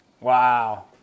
Wow